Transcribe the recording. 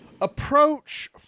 approach